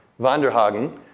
Vanderhagen